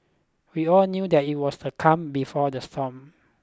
we all knew that it was the calm before the storm